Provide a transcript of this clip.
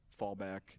fallback